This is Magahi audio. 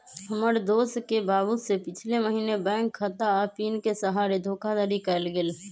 हमर दोस के बाबू से पिछले महीने बैंक खता आऽ पिन के सहारे धोखाधड़ी कएल गेल